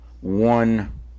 one